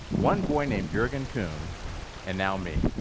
one boy named jurgen kuhn and now, me.